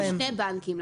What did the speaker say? יש שני בנקים.